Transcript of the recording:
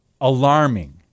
alarming